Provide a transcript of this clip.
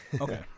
Okay